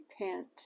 repent